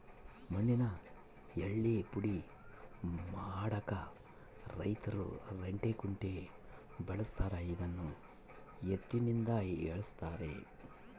ಮಣ್ಣಿನ ಯಳ್ಳೇ ಪುಡಿ ಮಾಡಾಕ ರೈತರು ರಂಟೆ ಕುಂಟೆ ಬಳಸ್ತಾರ ಇದನ್ನು ಎತ್ತಿನಿಂದ ಎಳೆಸ್ತಾರೆ